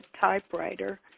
typewriter